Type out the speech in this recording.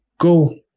go